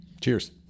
Cheers